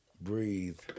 breathe